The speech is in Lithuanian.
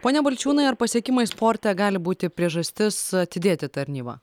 pone balčiūnai ar pasiekimai sporte gali būti priežastis atidėti tarnybą